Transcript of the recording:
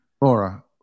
Laura